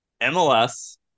MLS